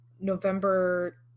November